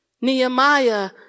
Nehemiah